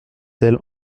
elle